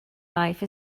life